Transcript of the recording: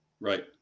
Right